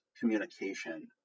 communication